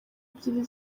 ebyiri